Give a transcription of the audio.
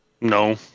No